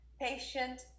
patient